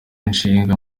inshinga